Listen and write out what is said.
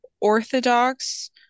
orthodox